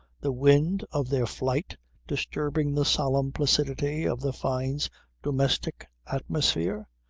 the wind of their flight disturbing the solemn placidity of the fynes' domestic atmosphere.